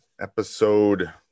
Episode